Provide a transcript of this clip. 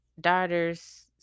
daughter's